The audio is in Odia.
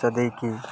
ଯଦି କିଏ